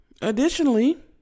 Additionally